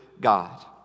God